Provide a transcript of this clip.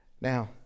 Now